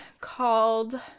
called